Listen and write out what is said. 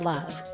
Love